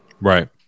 Right